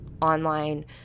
online